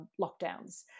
lockdowns